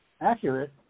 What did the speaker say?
accurate